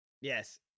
Yes